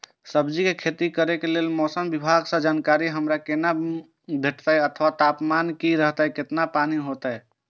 सब्जीके खेती करे के लेल मौसम विभाग सँ जानकारी हमरा केना भेटैत अथवा तापमान की रहैत केतना पानी होयत?